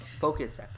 Focus